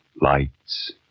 Lights